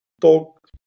Talk